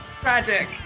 Tragic